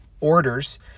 orders